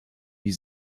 die